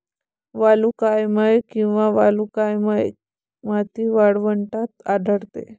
वालुकामय किंवा वालुकामय माती वाळवंटात आढळते